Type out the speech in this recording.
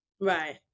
Right